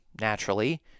naturally